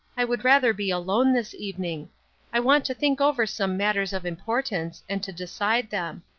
i would rather be alone this evening i want to think over some matters of importance, and to decide them.